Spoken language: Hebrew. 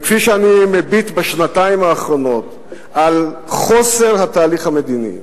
וכפי שאני מביט בשנתיים האחרונות על חוסר התהליך המדיני,